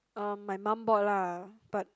uh my mum bought lah but